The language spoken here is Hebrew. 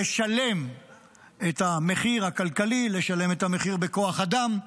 לשלם את המחיר הכלכלי, לשלם את המחיר בכוח אדם,